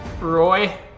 Roy